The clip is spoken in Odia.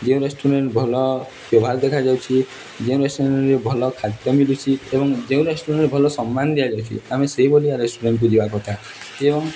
ଯେଉଁ ରେଷ୍ଟୁରାଣ୍ଟ ଭଲ ବ୍ୟବହାର ଦେଖାଯାଉଛି ଯେଉଁ ରେଷ୍ଟୁରାଣ୍ଟରେ ଭଲ ଖାଦ୍ୟ ମିିଲୁଛି ଏବଂ ଯେଉଁ ରେଷ୍ଟୁରାଣ୍ଟରେ ଭଲ ସମ୍ମାନ ଦିଆଯାଉଛି ଆମେ ସେଇଭଳିଆ ରେଷ୍ଟୁରାଣ୍ଟକୁ ଯିବା କଥା ଏବଂ